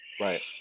Right